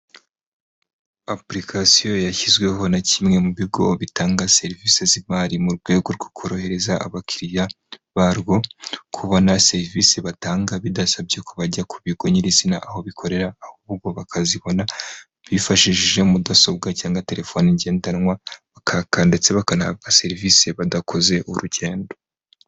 Apulikasiyo yashyizweho na kimwe mu bigo bitanga serivisi z'imari mu rwego rwo korohereza abakiriya barwo, kubona serivisi batanga bidasabye ko bajya ku bigo nyirizina aho bikorera, ahubwo bakazibona bifashishije mudasobwa cyangwa telefoni ngendanwa bakaka ndetse bakanahabwa serivisi badakoze urugendo.